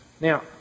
Now